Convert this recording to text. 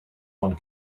one